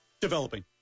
developing